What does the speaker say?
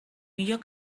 millor